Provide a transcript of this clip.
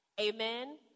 Amen